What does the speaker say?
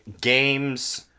games